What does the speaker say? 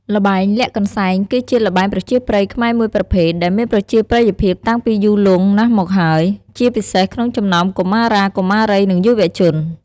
ល្បែងលាក់កន្សែង គឺជាល្បែងប្រជាប្រិយខ្មែរមួយប្រភេទ ដែលមានប្រជាប្រិយភាពតាំងពីយូរលង់ណាស់មកហើយ ជាពិសេសក្នុងចំណោមកុមារា កុមារី និងយុវជន។